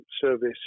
service